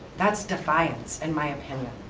that's defiance in my opinion,